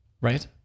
Right